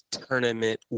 tournament